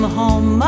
home